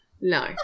No